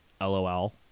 LOL